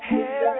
Hair